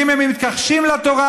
ואם הם מתכחשים לתורה,